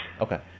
Okay